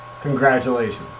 Congratulations